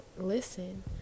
listen